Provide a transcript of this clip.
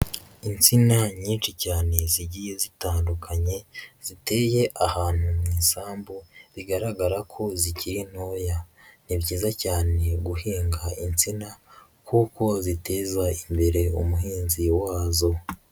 Insina nyinshi cyane zigiye zitandukanye, ziteye ahantu mu isambu, bigaragara ko zikiri ntoya. Ni byiza cyane guhinga insina, kuko ziteza imbere umuhinzi wazo.